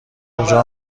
کجا